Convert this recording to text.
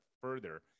further